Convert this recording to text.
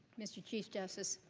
mr. chief justice.